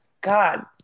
God